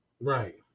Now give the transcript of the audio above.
Right